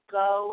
go